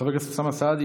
חבר הכנסת אוסאמה סעדי,